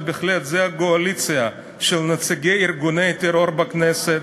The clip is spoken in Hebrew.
בהחלט זה הגועליציה של נציגי ארגוני טרור בכנסת,